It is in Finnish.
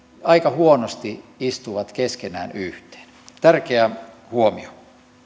aika huonosti istuvat keskenään yhteen tärkeä huomio